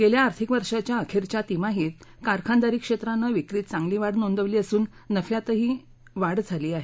गेल्या आर्थिक वर्षाच्या अखेरच्या तिमाहीत कारखानदारी क्षेत्रानं विक्रीत चांगली वाढ नोंदवली असून नफ्यातही वाढ झाली आहे